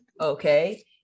okay